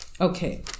Okay